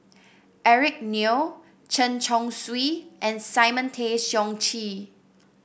Eric Neo Chen Chong Swee and Simon Tay Seong Chee